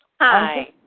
Hi